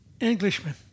Englishman